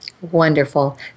Wonderful